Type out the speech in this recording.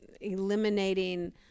eliminating